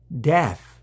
death